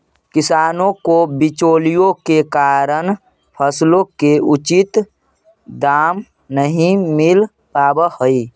किसानों को बिचौलियों के कारण फसलों के उचित दाम नहीं मिल पावअ हई